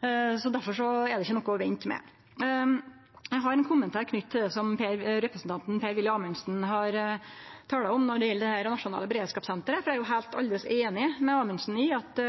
Derfor er det ikkje noko å vente med. Eg har ein kommentar til det representanten Per-Willy Amundsen har talt om når det gjeld det nasjonale beredskapssenteret. Eg er aldeles einig med Amundsen i at